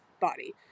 body